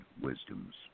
wisdoms